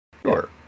Sure